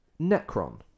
Necron